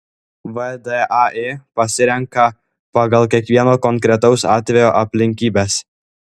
vdai pasirenka pagal kiekvieno konkretaus atvejo aplinkybes